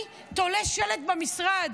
אני תולה שלט במשרד?